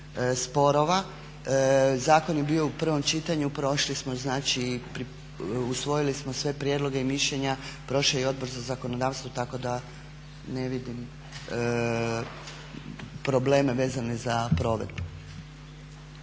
sporova. Zakon je bio u prvom čitanju, prošli smo znači, usvojili smo sve prijedloge i mišljenja, prošao je i Odbor za zakonodavstvo tako da ne vidim probleme vezane za provedbu.